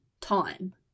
time